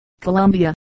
Colombia